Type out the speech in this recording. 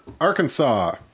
Arkansas